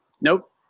Nope